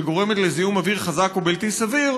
שגורמת לזיהום אוויר חזק ובלתי סביר,